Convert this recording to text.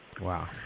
Wow